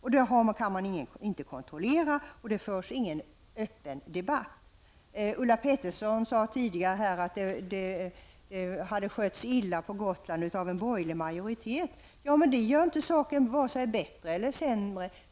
Man kan inte kontrollera detta, och det förs ingen öppen debatt. Ulla Pettersson säger att en borgerlig majoritet hade skött det hela illa på Gotland. Det gör inte saken vare sig bättre eller sämre.